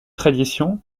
tradition